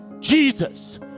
Jesus